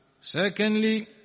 Secondly